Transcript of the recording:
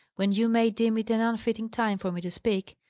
when you may deem it an unfitting time for me to speak,